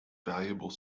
valuable